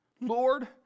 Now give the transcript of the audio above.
Lord